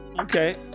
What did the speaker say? Okay